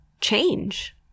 change